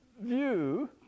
view